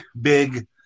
big